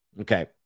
Okay